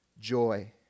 Joy